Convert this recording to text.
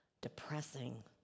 depressing